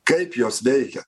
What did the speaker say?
kaip jos veikia